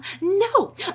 no